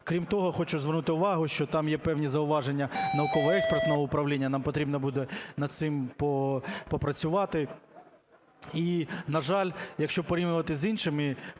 Крім того, хочу звернути увагу, що там є певні зауваження науково-експертного управління. Нам потрібно буде над цим попрацювати. І, на жаль, якщо порівнювати з іншими